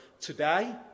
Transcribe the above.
today